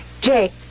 Jake